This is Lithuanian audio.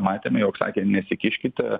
matėme jog sakė nesikiškite